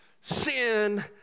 sin